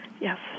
Yes